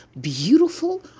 beautiful